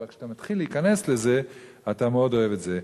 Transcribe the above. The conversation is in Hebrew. אבל כשאתה מתחיל להיכנס אתה מאוד אוהב את זה.